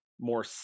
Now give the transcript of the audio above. more